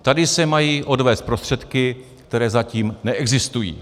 Tady se mají odvést prostředky, které zatím neexistují.